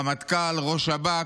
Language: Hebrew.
רמטכ"ל, ראש שב"כ,